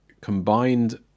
combined